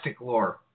lore